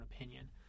opinion